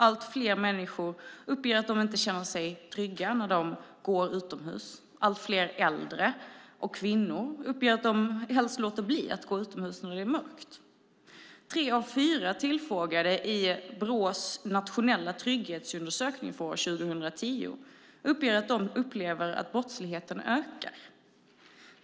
Allt fler människor uppger att de inte känner sig trygga när de går utomhus, och allt fler äldre och kvinnor uppger att de helst låter bli att gå utomhus när det är mörkt. Tre av fyra tillfrågade i Brås nationella trygghetsundersökning för år 2010 uppger att de upplever att brottsligheten ökar.